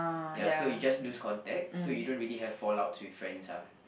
ya so he just lost contacts so you don't really have fall out with friends lah